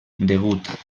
degut